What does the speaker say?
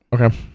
Okay